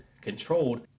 controlled